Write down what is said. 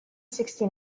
sixty